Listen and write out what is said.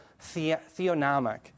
Theonomic